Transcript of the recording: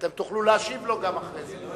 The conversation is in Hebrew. אתם גם תוכלו להשיב לו אחרי זה.